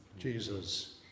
Jesus